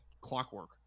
clockwork